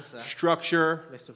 structure